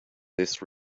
this